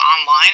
online